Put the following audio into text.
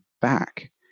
back